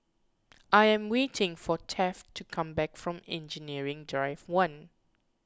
I am waiting for Taft to come back from Engineering Drive one